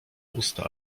usta